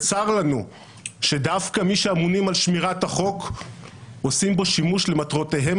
צר לנו שדווקא מי שאמונים על שמירת החוק עושים בו שימוש למטרותיהם